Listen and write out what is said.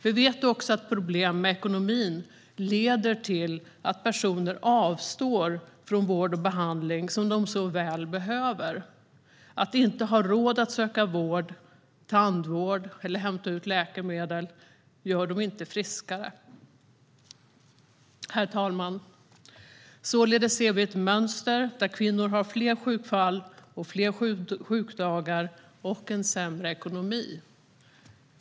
Vi vet också att problem med ekonomin leder till att personer avstår från vård och behandling som de så väl behöver. Att inte ha råd att söka vård eller tandvård eller hämta ut läkemedel gör dem inte friskare. Herr talman! Således ser vi ett mönster där kvinnor har fler sjukfall, fler sjukdagar och sämre ekonomi.